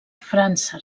frança